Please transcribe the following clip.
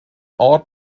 ort